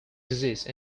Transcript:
disease